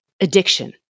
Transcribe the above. addiction